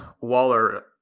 Waller